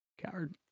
Coward